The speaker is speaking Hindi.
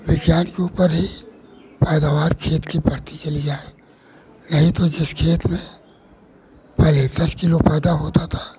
विज्ञान के ऊपर ही पैदावार खेत की बढ़ती चली जाए नहीं तो जिस खेत में पहले दस किलो पैदा होता था